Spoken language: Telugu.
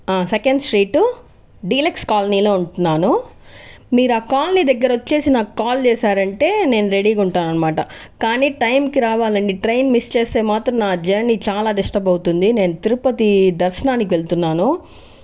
ఆ సెకండ్ స్ట్రీట్ డీలక్స్ కాలనీలో ఉంటున్నాను మీరు ఆ కాలనీ దగ్గర వచ్చేసి నాకు కాల్ చేసారు అంటే నేను రెడీగా ఉంటాను అనమాట కానీ టైమ్కి రావాలండీ ట్రైన్ మిస్ చేస్తే మాత్రం నా జర్నీ చాలా డిస్టర్బ్ అవుతుంది నేను తిరుపతి దర్శనానికి వెళ్తున్నాను